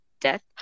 death